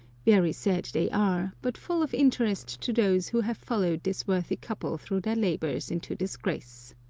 very sad they are, but full of interest to those who have followed this worthy couple through their labours into disgrace.